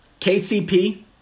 KCP